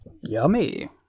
Yummy